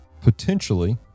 potentially